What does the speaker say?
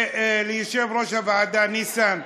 וליושב-ראש הוועדה, ניסן,